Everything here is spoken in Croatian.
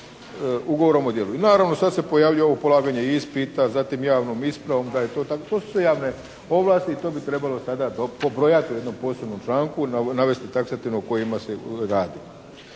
ugovorom o djelu. I naravno sad se pojavljuje ovo polaganje ispita, zatim javnom ispravom, to su sve javne ovlasti. To bi trebalo sada pobrojati u jednom posebnom članku, navesti taksativno o kojima se radi.